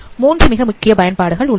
3 மிக முக்கிய பயன்பாடுகள் உள்ளன